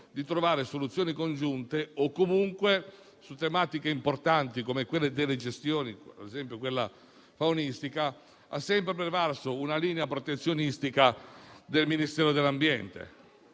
di trovare soluzioni congiunte o comunque su tematiche importanti come quella delle gestioni, ad esempio quella faunistica, ha sempre prevalso una linea protezionistica del Ministero dell'ambiente.